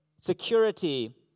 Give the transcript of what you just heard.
security